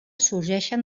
sorgeixen